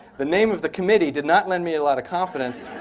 the name of the committee did not lend me a lot of confidence